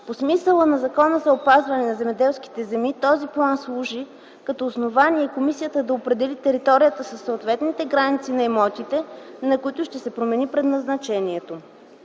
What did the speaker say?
По смисъла на Закона за опазване на земеделските земи този план служи като основание Комисията да определи територията със съответните граници на имотите, на които ще се промени предназначението.